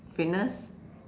fitness